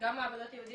גם מעבדות ייעודיות,